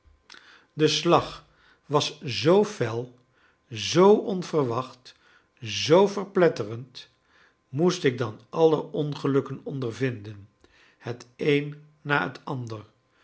de slag was zoo fel zoo onverwacht zoo verpletterend moest ik dan alle ongelukken ondervinden het een na het ander